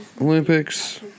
Olympics